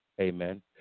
Amen